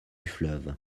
fleuve